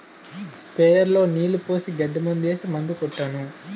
sprayer లో నీళ్లు పోసి గడ్డి మందేసి మందు కొట్టాను